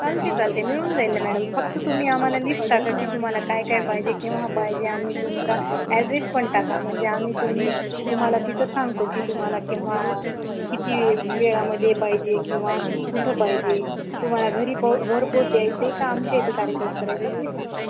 चालते चालते मिळून जाईल न मॅडम फक्त तुम्ही आम्हाला लिस्ट टाका की तुम्हाला काय काय पाहिजे केव्हा पाहिजे आणि तुमचा ॲड्रेस पण टाका म्हणजे आम्ही तुम्ही तुम्हाला तिथं सांगतो की तुम्हाला केव्हा किती वेळामध्ये पाहिजे किंवा कुठं पाहिजे तुम्हाला घरी पो घरपोच द्यायचं आहे का आमच्या इथं कार्यक्रम करायचा ते सांग